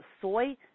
soy